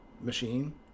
machine